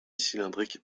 cylindrique